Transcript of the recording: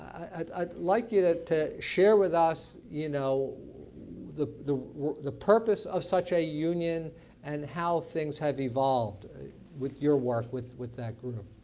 i'd ah like you to to share with us you know the the purpose of such a union and how things have evolved with your work with with that group.